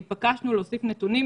והתבקשנו להוסיף נתונים,